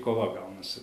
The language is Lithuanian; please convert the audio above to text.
kova gaunasi